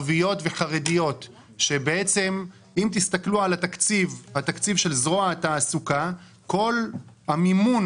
אם תסתכלו על התקציב של זרוע התעסוקה תראו שכל המימון